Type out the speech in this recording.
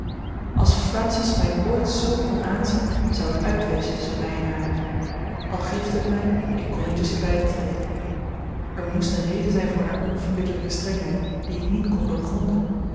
als francis mij ooit zoo kon aanzien zou het uit wezen tusschen mij en haar al griefde het mij ik kon niet tusschen beide treden er moest een reden zijn voor hare onverbiddelijke strengheid die ik niet kon doorgronden